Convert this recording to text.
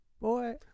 Boy